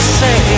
say